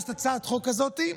הגשת הצעת חוק כזאת,